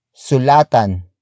sulatan